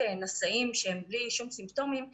הנשאים שהם בלי שום סימפטומים כחולים.